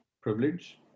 privilege